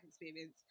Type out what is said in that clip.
experience